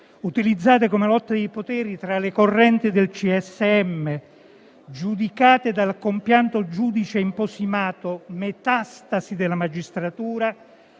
utilizzate come lotta di potere tra le correnti del CSM, giudicate dal compianto giudice Imposimato metastasi della magistratura,